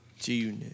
G-Unit